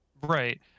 Right